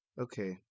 Okay